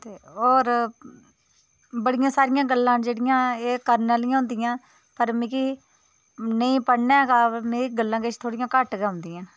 ते होर बाड़िया सारियां गल्लां न जेह्ड़ियां एह् करने आह्लियां होन्दियां पर मिगी नेईं पढ़ने कारण एह् गल्लां मिगी किश घट्ट गै औंदियां